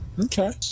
Okay